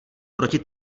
proti